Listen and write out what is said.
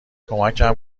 کمکم